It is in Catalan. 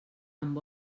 amb